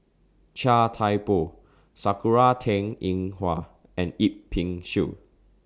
Chia Thye Poh Sakura Teng Ying Hua and Yip Pin Xiu